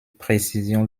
précision